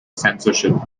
censorship